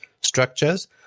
structures